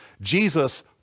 Jesus